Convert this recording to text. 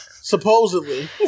Supposedly